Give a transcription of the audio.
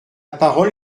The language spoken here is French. parole